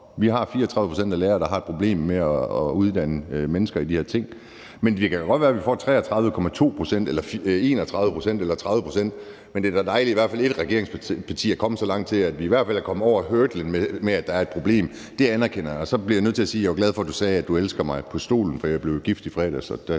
Vi har 34 pct. af lærere, der har et problem med at uddanne mennesker i de her ting. Men det kan da godt være, at vi får 33,2 pct. eller 31 pct. eller 30 pct., men det er da dejligt, at i hvert fald et regeringsparti er kommet så langt, at vi er kommet over hurdlen med, at der er et problem. Det anerkender jeg, og så bliver jeg nødt til at sige, at jeg var glad for, at du sagde, at du elsker mig på talerstolen, for jeg blev jo gift i fredags. Så jeg